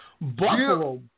Buffalo